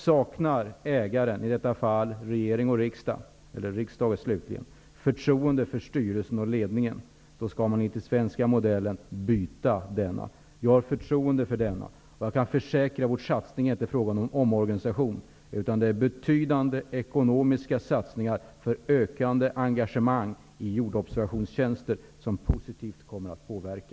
Saknar ägaren, i detta fall regeringen och slutligen riksdagen, förtroende för styrelsen och ledningen skall man enligt den svenska modellen byta dessa. Vi har förtroende för styrelsen. Jag kan försäkra att vår satsning inte är en fråga om någon omorganisation, utan vi gör betydande ekonomiska satsningar för ökande engagemang i jordobservationstjänster, som kommer att påverka